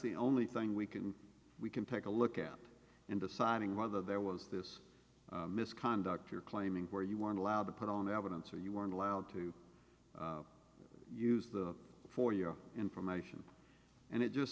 the only thing we can we can take a look at in deciding whether there was this misconduct you're claiming where you weren't allowed to put on evidence or you weren't allowed to use the for your information and it just